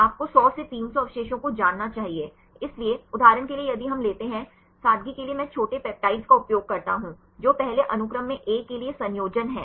आपको 100 से 300 अवशेषों को जानना चाहिए इसलिए उदाहरण के लिए यदि हम लेते हैं सादगी के लिए मैं छोटे पेप्टाइड्स का उपयोग करता हूं जो पहले अनुक्रम में A के लिए संयोजन है